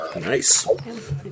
Nice